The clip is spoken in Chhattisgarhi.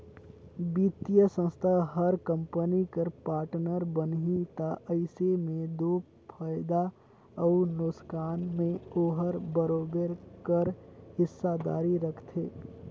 बित्तीय संस्था हर कंपनी कर पार्टनर बनही ता अइसे में दो फयदा अउ नोसकान में ओहर बरोबेर कर हिस्सादारी रखथे